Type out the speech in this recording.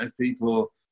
people